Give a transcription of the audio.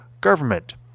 government